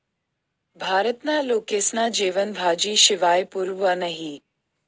भारतना लोकेस्ना जेवन भाजी शिवाय पुरं व्हतं नही